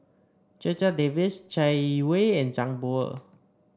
Checha Davies Chai Yee Wei and Zhang Bohe